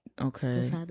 okay